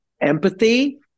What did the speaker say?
empathy